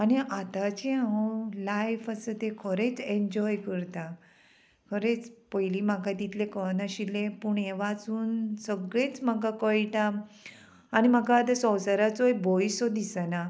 आनी आतांचे हांव लायफ आसा ते खरेंच एन्जॉय करता खरेंच पयली म्हाका तितलें कळनाशिल्लें पूण हें वाचून सगळेंच म्हाका कळटा आनी म्हाका आतां संवसाराचोय भंय सो दिसना